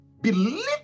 Believe